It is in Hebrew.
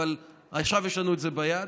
אבל עכשיו יש לנו את זה ביד.